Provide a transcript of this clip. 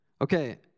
Okay